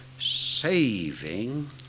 saving